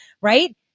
right